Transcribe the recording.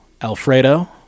Alfredo